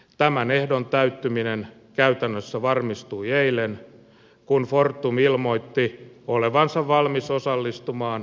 tämän ehdon täyttyminen käytännössä varmistui eilen kun fortum ilmoitti olevansa valmis osallistumaan hankkeeseen